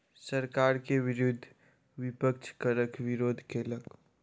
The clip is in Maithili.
सरकार के विरुद्ध विपक्ष करक विरोध केलक